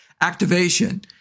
Activation